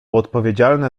odpowiedzialne